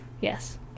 yes